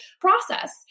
process